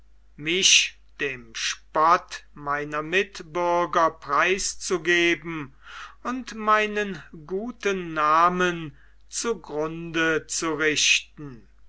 mich dem spott meiner mitbürger preiszugeben und meinen guten namen zu grund zu richten